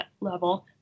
level